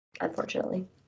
unfortunately